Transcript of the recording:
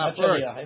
first